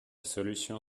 solution